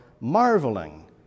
marveling